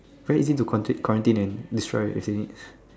very easy to quarantine quarantine and destroy actually